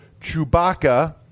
Chewbacca